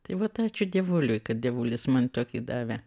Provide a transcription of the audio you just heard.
tai vat ačiū dievuliui kad dievulis man tokį davė